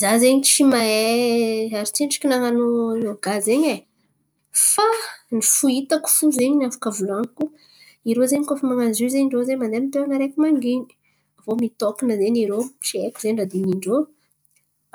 Za zen̈y tsy mahay ary tsy endriky nan̈ano iôga zen̈y e. Fa ny fohitako fo zen̈y afaka volan̈iko. Irô zen̈y koa fa man̈ano izy io zen̈y irô zen̈y mandeha amy tany araiky mangin̈y. Aviô mitôkan̈a zen̈y irô. Tsy haiko zen̈y raha dinihin-drô.